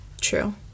true